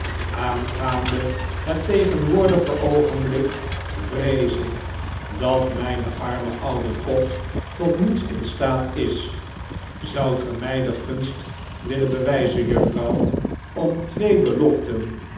aangaande net tegenwoordige oogenblik vrees ik dat rape arme oude kop tot niets in staat is zoudt ge mij de gunst willen bewijzen juffrouw om twee beloften